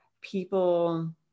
people